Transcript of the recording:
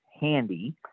handy